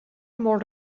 molt